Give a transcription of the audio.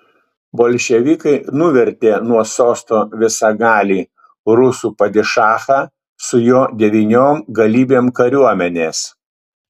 bolševikai nuvertė nuo sosto visagalį rusų padišachą su jo devyniom galybėm kariuomenės